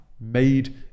made